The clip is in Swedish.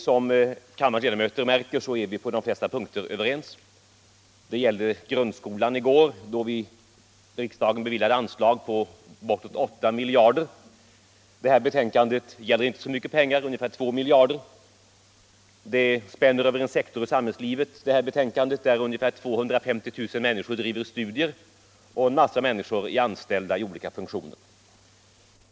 Som kammarens ledamöter är vi på de flesta punkter överens. Det gällde grundskolan i går, då riksdagen beviljade anslag på bortåt 8 miljarder. Det betänkande som vi nu behandlar gäller inte så mycket pengar — det är fråga om ungefär 2 miljarder. Betänkandet spänner över en sektor av samhällslivet där ungefär 250 000 människor bedriver studier och där en mängd människor är anställda i olika funktioner.